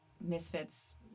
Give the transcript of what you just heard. misfits